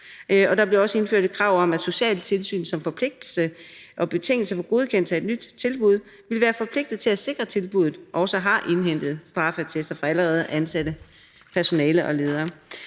og der blev også indført et krav om, at socialtilsynet som betingelse for godkendelse af et nyt tilbud ville være forpligtet til at sikre, at tilbuddet også havde indhentet straffeattester fra allerede ansatte personaler og ledere.